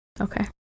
Okay